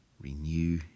Renew